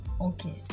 Okay